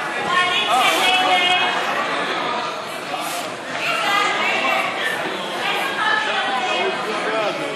ההצעה להעביר לוועדה את הצעת חוק ברית הזוגיות האזרחית,